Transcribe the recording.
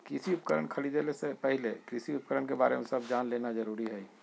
कृषि उपकरण खरीदे से पहले कृषि उपकरण के बारे में सब जान लेना जरूरी हई